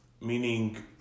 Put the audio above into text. Meaning